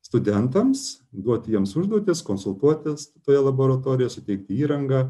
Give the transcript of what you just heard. studentams duoti jiems užduotis konsultuotis toje laboratorijoje suteikti įrangą